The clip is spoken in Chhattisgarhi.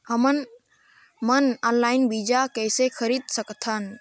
हमन मन ऑनलाइन बीज किसे खरीद सकथन?